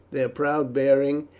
their proud bearing,